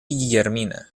guillermina